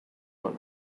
want